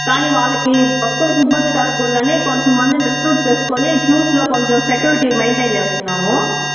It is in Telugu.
కానీ వాళ్ళకి భక్తులకి ఇబ్బంది కలగకూడదని కొంతమందిని రిక్రూట్ చేసుకుని క్యూస్లో కొంచెం సెక్యూరిటీ మెయిన్టేయిన్ చేస్తున్నాము